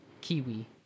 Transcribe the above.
Kiwi